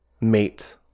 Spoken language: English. mate